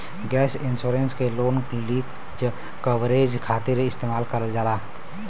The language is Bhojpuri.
गैप इंश्योरेंस के लोन लीज कवरेज खातिर इस्तेमाल करल जाला